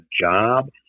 job